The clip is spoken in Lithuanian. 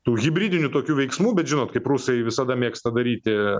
tų hibridinių tokių veiksmų bet žinot kaip rusai visada mėgsta daryti